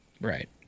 Right